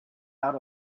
out